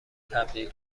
تبدیل